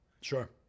Sure